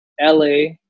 LA